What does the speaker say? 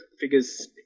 figures